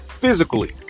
physically